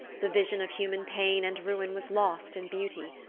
the vision of human pain and ruin was lost in beauty.